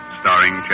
starring